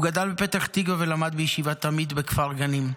הוא גדל בפתח תקווה ולמד בישיבה אמי"ת בכפר גנים.